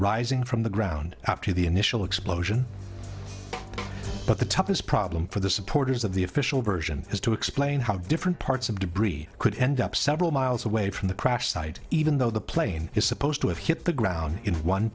rising from the ground after the initial explosion but the toughness problem for the supporters of the official version is to explain how different parts of debris could end up several miles away from the crash site even though the plane is supposed to have hit the ground in one